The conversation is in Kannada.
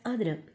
ಆದ್ರೆ